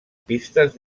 pistes